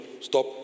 stop